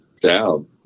down